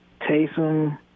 Taysom